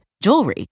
jewelry